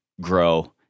grow